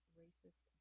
racist